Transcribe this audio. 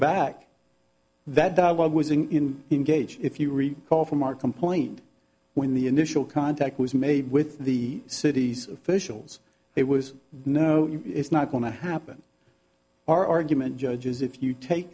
back that was in engage if you recall from our complaint when the initial contact was made with the city's officials it was no it's not going to happen our argument judges if you take